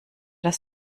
das